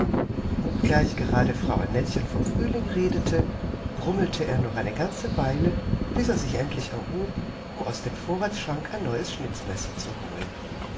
obgleich gerade frau annettchen vom frühling redete brummelte er doch eine ganze weile bis er sich endlich erhob um aus dem vorratsschrank ein neues schnitzmesser zu holen